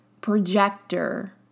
projector